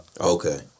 Okay